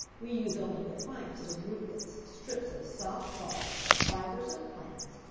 we use only the finest of rootlets, strips of soft bark, fibers of plants,